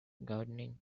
gardening